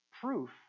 proof